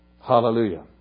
Hallelujah